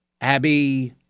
Abby